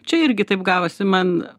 čia irgi taip gavosi man